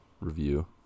review